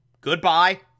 Goodbye